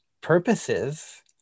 purposes